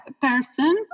person